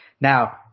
Now